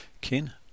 kin